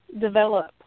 develop